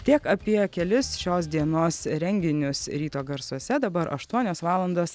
tiek apie kelis šios dienos renginius ryto garsuose dabar aštuonios valandos